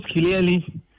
clearly